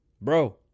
Bro